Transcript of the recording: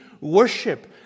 worship